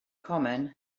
common